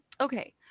Okay